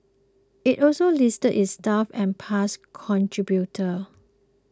it also listed its staff and past contributors